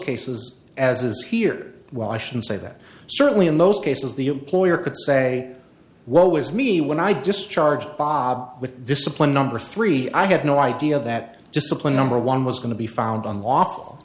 cases as is here well i should say that certainly in those cases the employer could say well was me when i discharged bob with discipline number three i had no idea that discipline number one was going to be found on